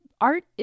art